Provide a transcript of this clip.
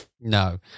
No